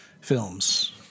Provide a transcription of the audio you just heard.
films